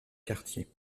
quartier